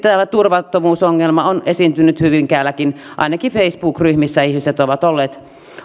tätä turvattomuusongelmaa on esiintynyt hyvinkäälläkin ainakin facebook ryhmissä ihmiset ovat olleet